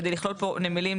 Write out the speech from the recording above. כדי לכלול פה נמלים,